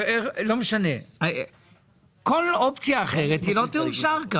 כל אופציה אחרת לא תאושר כאן.